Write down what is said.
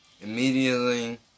Immediately